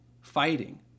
fighting